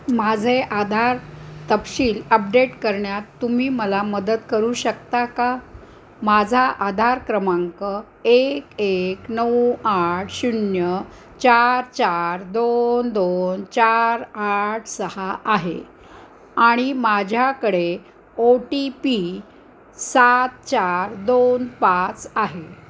माझे आधार तपशील अपडेट करण्यात तुम्ही मला मदत करू शकता का माझा आधार क्रमांक एक एक नऊ आठ शून्य चार चार दोन दोन चार आठ सहा आहे आणि माझ्याकडे ओ टी पी सात चार दोन पाच आहे